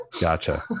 Gotcha